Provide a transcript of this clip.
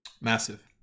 Massive